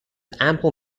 ample